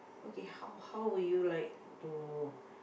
okay how how will you like to